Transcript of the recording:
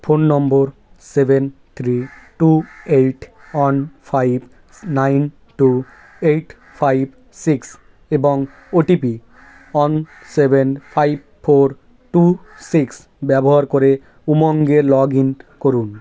phone number seven three two eight one five nine two eight five six এবং OTP one seven five four two six ব্যবহার করে উমঙ্গে log in করুন